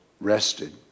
rested